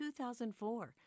2004